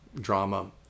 drama